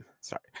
sorry